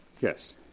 Yes